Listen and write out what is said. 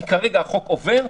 כי כרגע החוק עובר,